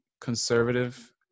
conservative